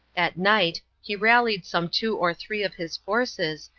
at night, he rallied some two or three of his forces,